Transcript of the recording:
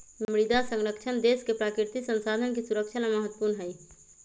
मृदा संरक्षण देश के प्राकृतिक संसाधन के सुरक्षा ला महत्वपूर्ण हई